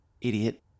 idiot